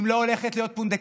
אם לא הולכת להיות פונדקאות,